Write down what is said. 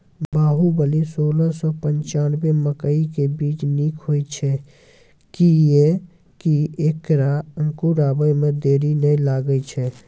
बाहुबली सोलह सौ पिच्छान्यबे मकई के बीज निक होई छै किये की ऐकरा अंकुर आबै मे देरी नैय लागै छै?